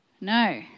No